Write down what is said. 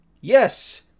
Yes